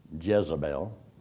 Jezebel